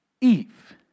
Eve